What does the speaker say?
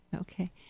okay